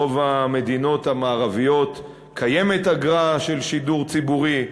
ברוב המדינות המערביות קיימת אגרה של שידור ציבורי.